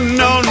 no